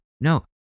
No